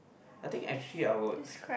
I think actually I would